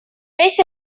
beth